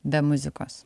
be muzikos